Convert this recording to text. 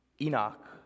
Enoch